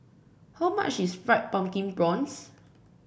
how much is Fried Pumpkin Prawns